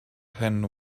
hen